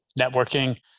networking